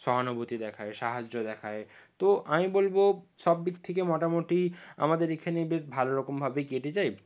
সহানুভূতি দেখায় সাহায্য দেখায় তো আমি বলব সবদিক থেকে মোটামুটি আমাদের এখানে বেশ ভালোরকমভাবেই কেটে যায়